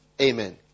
Amen